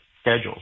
scheduled